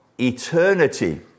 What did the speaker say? eternity